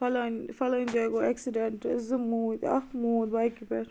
فَلٲنۍ فَلٲنۍ جایہِ گوٚو ایٚکسیڈنٹ زٕ موٗدۍ اَکھ موٗد بایکہِ پٮ۪ٹھ